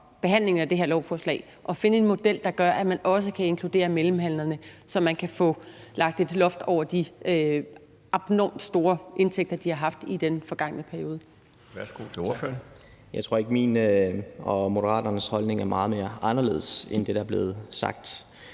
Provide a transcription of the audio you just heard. behandlingen af det her lovforslag, at finde en model, der gør, at man også kan inkludere mellemhandlerne, så man kan få lagt et loft over de abnormt store indtægter, de har haft i den forgangne periode? Kl. 12:47 Den fg. formand (Bjarne Laustsen): Værsgo til ordføreren. Kl.